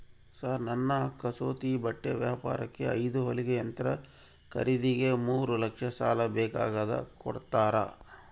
Sir ನನ್ನ ಕಸೂತಿ ಬಟ್ಟೆ ವ್ಯಾಪಾರಕ್ಕೆ ಐದು ಹೊಲಿಗೆ ಯಂತ್ರ ಖರೇದಿಗೆ ಮೂರು ಲಕ್ಷ ಸಾಲ ಬೇಕಾಗ್ಯದ ಕೊಡುತ್ತೇರಾ?